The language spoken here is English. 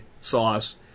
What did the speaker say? sauce